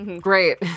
Great